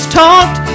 talked